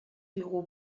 digu